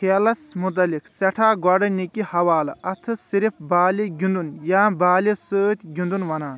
كھیلس مُتعلق سٮ۪ٹھاہ گوڈنِكہِ حوالہٕ اتھہٕ صِرف بالہِ گِندُن یا بالہِ سۭتۍ گِندُن ونان